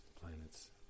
planet's